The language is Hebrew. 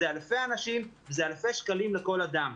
זה אלפי אנשים וזה אלפי שקלים לכל אדם.